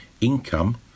income